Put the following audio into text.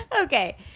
Okay